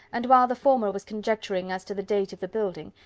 and while the former was conjecturing as to the date of the building,